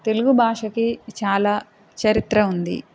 తెలుగు భాషకి చాలా చరిత్ర ఉంది